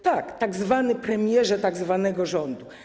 Tak, tzw. premierze tzw. rządu.